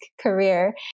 career